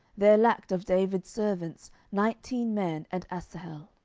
there lacked of david's servants nineteen men and asahel.